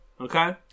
Okay